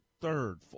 third